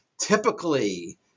Typically